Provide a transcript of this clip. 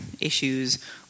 issues